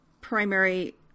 primary